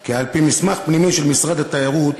כי על-פי מסמך פנימי של משרד התיירות,